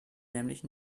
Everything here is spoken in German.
nämlich